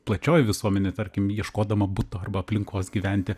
plačioji visuomenė tarkim ieškodama buto arba aplinkos gyventi